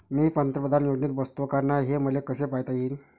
मी पंतप्रधान योजनेत बसतो का नाय, हे मले कस पायता येईन?